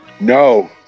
No